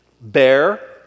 Bear